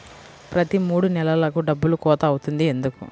ప్రతి మూడు నెలలకు డబ్బులు కోత అవుతుంది ఎందుకు?